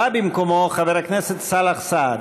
בא במקומו חבר הכנסת סאלח סעד.